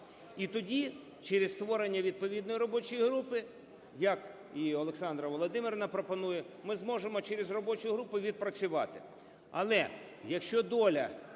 І тоді через створення відповідної робочої групи, як і Олександра Володимирівна пропонує, ми зможемо через робочу групу відпрацювати.